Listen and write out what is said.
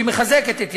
שהיא מחזקת את ידי,